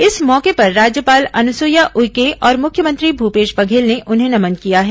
इस मौके पर राज्यपाल अनुसुईया उइके और मुख्यमंत्री भूपेश बघेल ने उन्हें नमन किया है